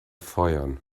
feuern